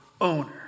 owner